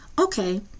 Okay